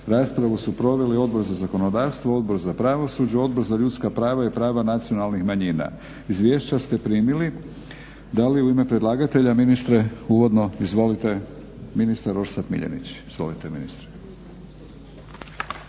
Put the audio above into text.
Raspravu su proveli Odbor za zakonodavstvo, Odbor za pravosuđe, Odbor za ljudska prava i prava nacionalnih manjina. Izvješća ste primili. Da li u ime predlagatelja ministre uvodno? Izvolite ministar Orsat MIljenić. Izvolite.